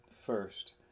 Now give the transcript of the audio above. first